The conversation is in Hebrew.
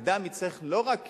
אדם יוכל לא רק